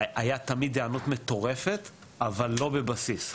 הייתה תמיד היענות מטורפת אבל לא בבסיס,